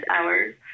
hours